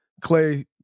Clay